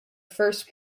first